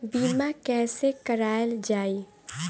बीमा कैसे कराएल जाइ?